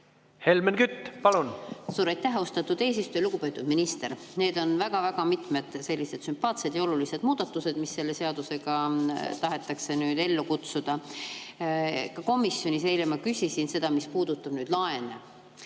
Helmen Kütt, palun!